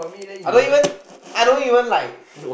I don't even I don't even like